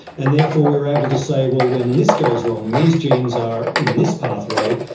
and therefore we're able to say, well, when this goes wrong, these genes are in this pathway,